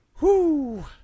Whoo